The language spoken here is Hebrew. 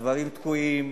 הדברים תקועים,